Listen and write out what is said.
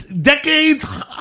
decades